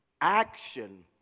action